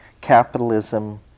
capitalism